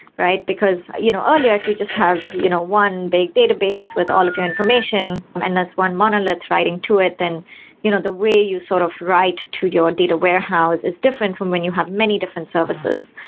right? because you know earlier, if you just have you know one big database with all of your information um and that's one monolith writing to it, then you know the way you sort of write to your data warehouse is different from when you have many different services.